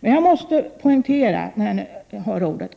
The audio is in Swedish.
När jag nu har ordet, måste jag poängtera